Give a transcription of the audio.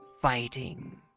fighting